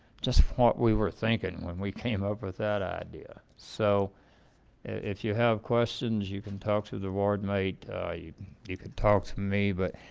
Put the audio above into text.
just what we were thinking when we came up with that idea, so if you have questions, you can talk to the ward mate you you can talk to me but